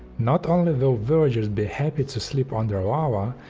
not only will villagers be happy to sleep under lava,